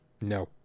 No